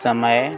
समय